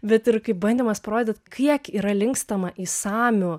bet ir kaip bandymas parodyt kiek yra linkstama į samių